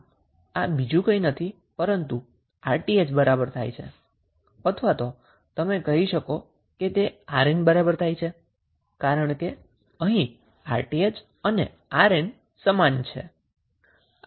આમ આ બીજુ કંઈ નથી પરંતુ તે 𝑅𝑇ℎ બરાબર થાય છે અથવા તમે કહી શકો છો કે તે 𝑅N બરાબર થાય છે કારણ કે અહીં 𝑅𝑇ℎ અને 𝑅N સમાન છે